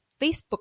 Facebook